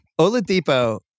Oladipo